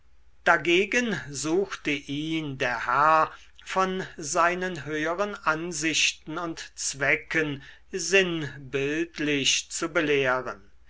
dagegen suchte ihn der herr von seinen höheren ansichten und zwecken sinnbildlich zu belehren